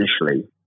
initially